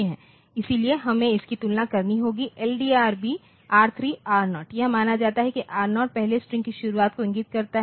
इसलिए हमें इसकी तुलना करनी होगी LDRB R3 R0 यह माना जाता है कि R0 पहले स्ट्रिंग की शुरुआत को इंगित करता है